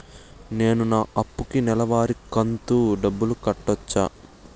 నేను నా అప్పుకి నెలవారి కంతు డబ్బులు కట్టొచ్చా?